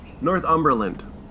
Northumberland